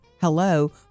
Hello